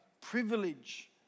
privilege